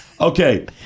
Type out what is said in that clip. Okay